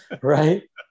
Right